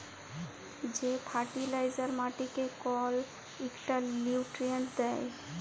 যে ফার্টিলাইজার মাটিকে কল ইকটা লিউট্রিয়েল্ট দ্যায়